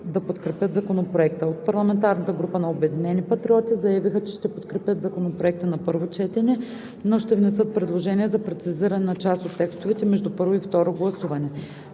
да подкрепят Законопроекта. От парламентарната група на „Обединени патриоти“ заявиха, че ще подкрепят Законопроекта на първо четене, но ще внесат предложения за прецизиране на част от текстовете между първо и второ гласуване.